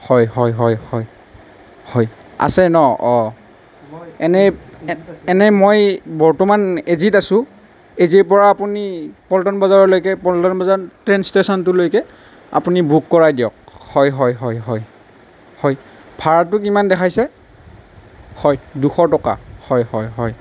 হয় হয় হয় হয় হয় আছে ন অঁ এনেই এনেই মই বৰ্তমান এজিত আছোঁ এজিৰ পৰা আপুনি পল্টন বজাৰলৈকে পল্টন বজাৰ ট্ৰেইন ষ্টেচনটোলৈকে আপুনি বুক কৰাই দিয়ক হয় হয় হয় হয় হয় ভাৰাটো কিমান দেখাইছে হয় দুশ টকা হয় হয় হয়